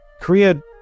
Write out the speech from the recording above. Korea